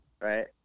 Right